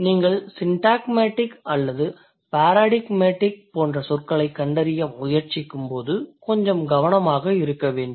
நீங்கள் சிண்டாக்மேடிக் அல்லது பாரடிக்மேடிக் போன்ற சொற்களைக் கண்டறிய முயற்சிக்கும்போது கொஞ்சம் கவனமாக இருக்க வேண்டும்